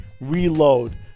reload